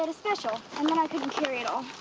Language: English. but special and then i couldn't carry it all.